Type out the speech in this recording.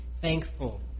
thankful